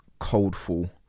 Coldfall